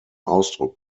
ausdruck